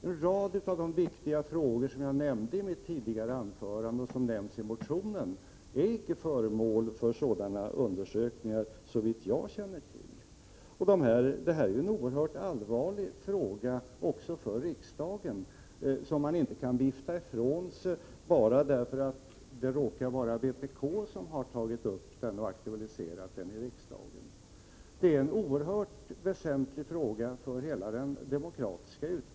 En rad av de viktiga frågor som jag nämnde i mitt tidigare anförande och som nämns i motionen är icke föremål för sådana undersökningar, såvitt jag känner till. Detta är också en oerhört allvarlig fråga för riksdagen som man inte kan vifta ifrån sig bara därför att det råkar vara vpk som har tagit upp och aktualiserat den i riksdagen. Det är en oerhört väsentlig fråga för hela den demokratiska utvecklingen.